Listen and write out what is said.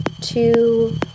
two